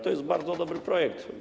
To jest bardzo dobry projekt.